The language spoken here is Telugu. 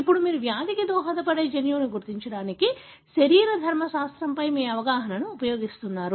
ఇప్పుడు మీరు వ్యాధికి దోహదపడే జన్యువును గుర్తించడానికి శరీరధర్మశాస్త్రంపై మీ అవగాహనను ఉపయోగిస్తున్నారు